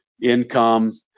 income